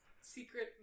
secret